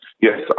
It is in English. Yes